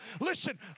Listen